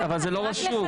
אבל זה לא רשום.